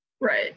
Right